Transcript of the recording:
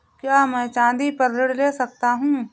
क्या मैं चाँदी पर ऋण ले सकता हूँ?